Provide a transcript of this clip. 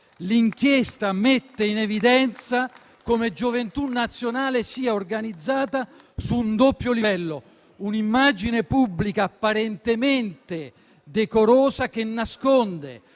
L'inchiesta mette in evidenza come Gioventù Nazionale sia organizzata su un doppio livello: un'immagine pubblica apparentemente decorosa, che nasconde